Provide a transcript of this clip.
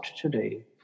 today